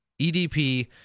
EDP